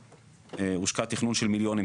הושקע תכנון של מיליונים,